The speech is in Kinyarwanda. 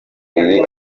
iyi